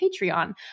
Patreon